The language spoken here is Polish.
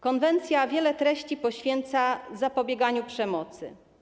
Konwencja wiele treści poświęca zapobieganiu przemocy.